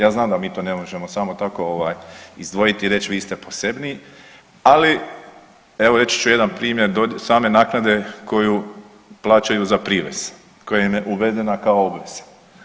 Ja znam da mi to ne možemo samo tako ovaj izdvojiti i reći vi ste posebniji, ali evo reći ću jedan primjer same naknade koju plaćaju za privez koja im je uvedena kao obveza.